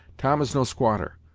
tom is no squatter,